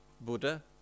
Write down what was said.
Buddha